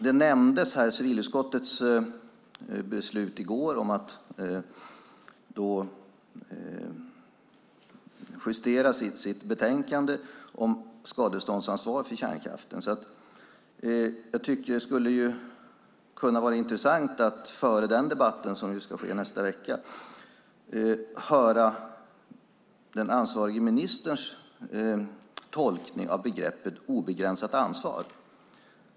Här nämndes civilutskottets beslut och att man i går justerade sitt betänkande om skadeståndsansvar för kärnkraften, och jag tycker att det skulle vara intressant att före debatten nästa vecka höra den ansvariga ministerns tolkning av begreppet "obegränsat ansvar".